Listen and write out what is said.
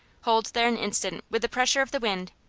hold there an instant with the pressure of the wind,